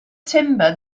timber